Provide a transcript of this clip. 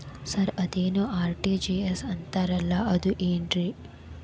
Sir ಅದೇನು RTGS ಅಂತಾರಲಾ ಅದು ಏನ್ರಿ?